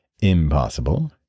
Impossible